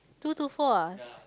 two to four ah